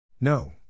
No